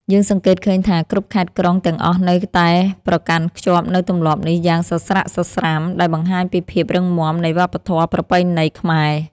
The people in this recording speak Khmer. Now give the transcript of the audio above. យើងសង្កេតឃើញថាគ្រប់ខេត្តក្រុងទាំងអស់នៅតែប្រកាន់ខ្ជាប់នូវទម្លាប់នេះយ៉ាងសស្រាក់សស្រាំដែលបង្ហាញពីភាពរឹងមាំនៃវប្បធម៌ប្រពៃណីខ្មែរ។